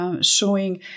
showing